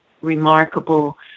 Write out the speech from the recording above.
remarkable